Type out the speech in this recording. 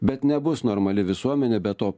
bet nebus normali visuomenė be to